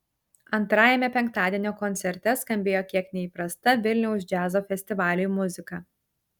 antrajame penktadienio koncerte skambėjo kiek neįprasta vilniaus džiazo festivaliui muzika